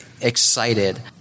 excited